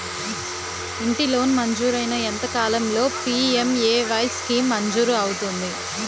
ఇంటి లోన్ మంజూరైన ఎంత కాలంలో పి.ఎం.ఎ.వై స్కీమ్ మంజూరు అవుతుంది?